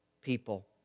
people